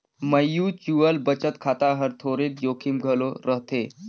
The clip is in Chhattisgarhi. म्युचुअल बचत खाता हर थोरोक जोखिम घलो रहथे